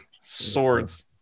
Swords